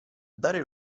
dare